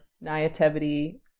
naivety